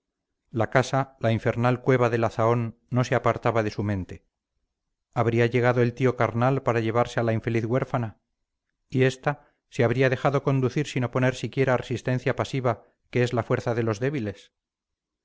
la casa la infernal cueva de la zahón no se apartaba de su mente habría llegado el tío carnal para llevarse a la infeliz huérfana y esta se habría dejado conducir sin oponer siquiera resistencia pasiva que es la fuerza de los débiles